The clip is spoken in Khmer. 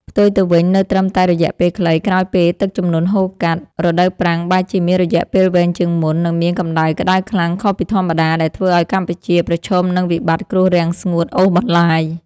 ផ្ទុយទៅវិញ នៅត្រឹមតែរយៈពេលខ្លីក្រោយពេលទឹកជំនន់ហូរកាត់ រដូវប្រាំងបែរជាមានរយៈពេលវែងជាងមុន និងមានកម្ដៅក្ដៅខ្លាំងខុសពីធម្មតា ដែលធ្វើឱ្យកម្ពុជាប្រឈមនឹងវិបត្តិគ្រោះរាំងស្ងួតអូសបន្លាយ។